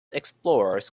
explorers